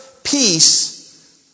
Peace